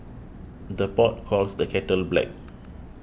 the pot calls the kettle black